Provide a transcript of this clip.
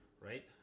Right